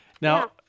Now